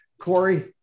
Corey